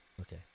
Okay